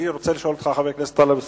אני רוצה לשאול אותך, חבר הכנסת טלב אלסאנע,